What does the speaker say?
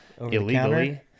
illegally